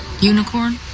unicorn